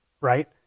right